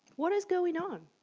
what is going on?